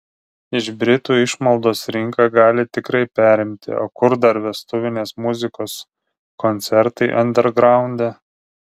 iš britų išmaldos rinką gali tikrai perimti o kur dar vestuvinės muzikos koncertai andergraunde